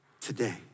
today